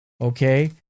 okay